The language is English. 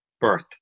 birth